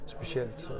Specielt